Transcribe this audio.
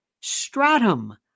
stratum